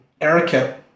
Erica